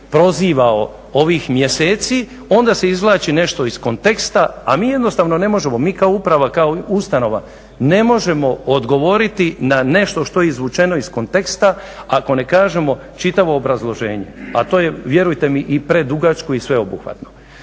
prozivao ovih mjeseci, onda se izvlači nešto iz konteksta, a mi jednostavno ne možemo, mi kao uprava, kao ustanova ne možemo odgovoriti na nešto što je izvučeno iz konteksta ako ne kažemo čitavo obrazloženje, a to je vjerujte mi i predugačko i sveobuhvatno.